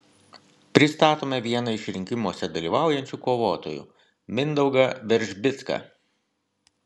pristatome vieną iš rinkimuose dalyvaujančių kovotojų mindaugą veržbicką